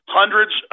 hundreds